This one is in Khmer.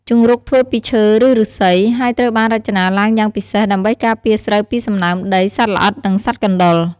ជង្រុកធ្វើពីឈើ ឬឫស្សី ហើយត្រូវបានរចនាឡើងយ៉ាងពិសេស ដើម្បីការពារស្រូវពីសំណើមដី សត្វល្អិត និងសត្វកណ្តុរ។